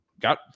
got